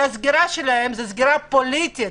שהסגירה שלהם היא סגירה פוליטית